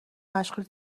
مشغول